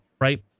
Right